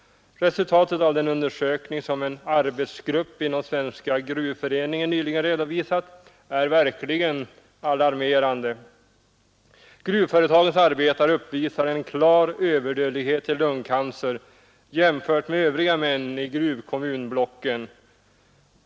Resultatet av den undersökning som en arbetsgrupp inom Svenska gruvföreningen nyligen redovisat är verkligen alarmerande. Gruvföretagens arbetare uppvisar en klar överdödlighet i lungcancer jämfört med övriga män i gruvkommunblocken.